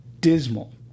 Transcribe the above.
dismal